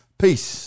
Peace